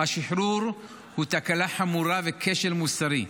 השחרור הוא תקלה חמורה וכשל מוסרי.